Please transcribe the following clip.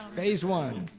phase one!